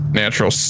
natural